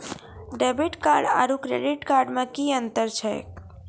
Debit card आरू credit card मे कि अन्तर छैक?